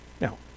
Now